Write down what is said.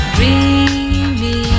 Dreamy